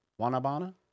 Wanabana